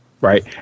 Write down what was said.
Right